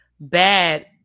bad